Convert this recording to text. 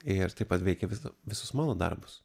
ir taip pat veikia visus mano darbus